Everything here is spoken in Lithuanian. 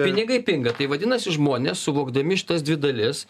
pinigai pinga tai vadinasi žmonės suvokdami šitas dvi dalis